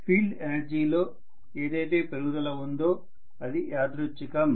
field energy లో ఏదైతే పెరుగుదల ఉందో అది యాదృచ్ఛికం